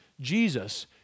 Jesus